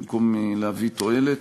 במקום להביא תועלת.